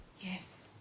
Yes